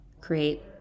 create